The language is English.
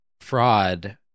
fraud